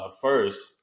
first